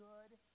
good